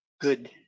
good